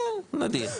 נדיר.